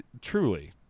Truly